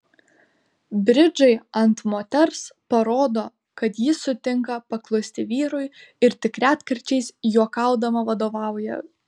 bridžai ant moters parodo kad ji sutinka paklusti vyrui ir tik retkarčiais juokaudama vadovauja